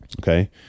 okay